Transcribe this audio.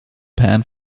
pan